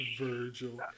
Virgil